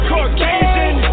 Caucasian